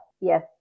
yes